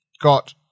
got